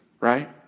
Right